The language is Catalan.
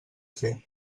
fer